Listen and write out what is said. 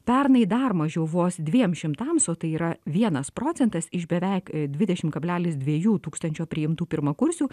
pernai dar mažiau vos dviem šimtams o tai yra vienas procentas iš beveik dvidešimt kablelis dviejų tūkstančių priimtų pirmakursių